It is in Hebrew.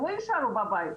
הם לא יישארו בבית,